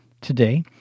Today